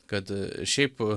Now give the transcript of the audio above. kad šiaip